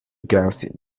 gussie